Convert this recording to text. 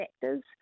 factors